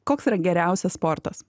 koks yra geriausias sportas